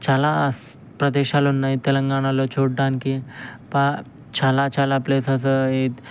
చాలా ప్రదేశాలు ఉన్నాయి తెలంగాణలో చూడడానికి చాలా చాలా ప్లేసెస్